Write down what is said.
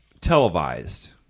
televised